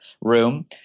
room